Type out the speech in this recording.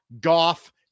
Goff